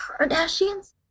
Kardashians